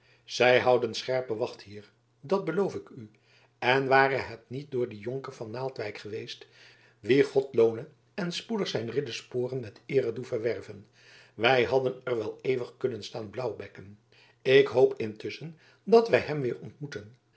zij houden scherpe wacht hier dat beloof ik u en ware het niet door dien jonker van naaldwijk geweest wien god loone en spoedig zijn riddersporen met eere doe verwerven wij hadden er wel eeuwig kunnen staan blauwbekken ik hoop intusschen dat wij hem weer ontmoeten